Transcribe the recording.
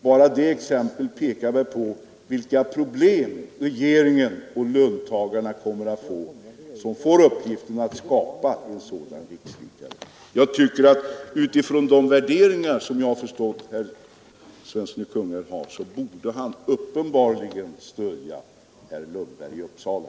Bara det exemplet visar vilka problem regeringen och löntagarna kommer att få, när man skall försöka skapa en sådan rikslikare. Med de värderingar som jag tycker mig märka att herr Svensson i Kungälv har borde han uppenbarligen stödja herr Lundberg i Uppsala.